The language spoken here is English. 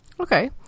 Okay